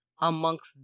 amongst